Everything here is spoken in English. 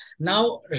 Now